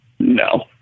No